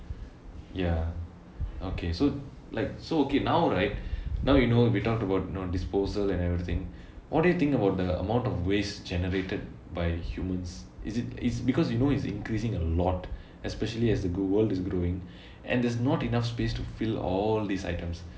ya okay so like so okay now right now you know we talked about you know disposal and everything what do you think about the amount of waste generated by humans is it it's because you know it's increasing a lot especially as the world is growing and there's not enough space to fill all these items